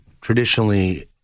traditionally